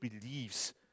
believes